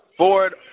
Board